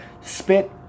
spit